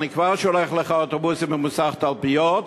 אני כבר שולח לך אוטובוסים ממוסך תלפיות,